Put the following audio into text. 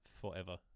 forever